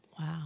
Wow